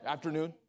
Afternoon